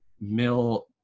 Mill